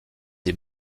des